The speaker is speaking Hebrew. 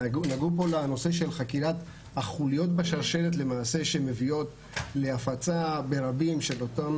נגעו פה בנושא של חקירת החוליות בשרשרת שמביאות להפצה ברבים של אותם